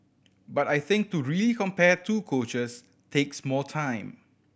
but I think to really compare two coaches takes more time